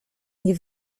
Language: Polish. nie